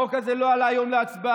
החוק הזה לא עלה היום להצבעה,